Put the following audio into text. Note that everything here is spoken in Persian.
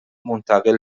منتقل